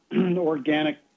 organic